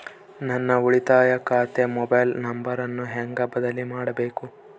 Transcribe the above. ನನ್ನ ಉಳಿತಾಯ ಖಾತೆ ಮೊಬೈಲ್ ನಂಬರನ್ನು ಹೆಂಗ ಬದಲಿ ಮಾಡಬೇಕು?